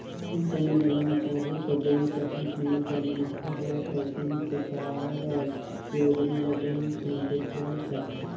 company ल loan चाही त बेंक ल कंपनी कर मुनाफा होए अउ बेंक के कारज योजना ल बेंक में देखाए ले परथे